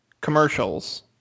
commercials